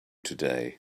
today